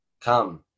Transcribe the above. come